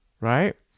right